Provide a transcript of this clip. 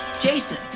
Jason